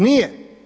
Nije.